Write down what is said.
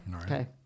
Okay